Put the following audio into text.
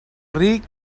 ric